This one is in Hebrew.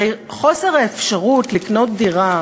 הרי חוסר האפשרות לקנות דירה,